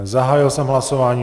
Zahájil jsem hlasování.